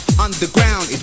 Underground